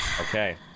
Okay